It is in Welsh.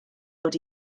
dod